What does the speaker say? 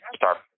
start